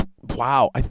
wow